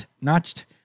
Notched